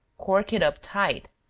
cork it up tight,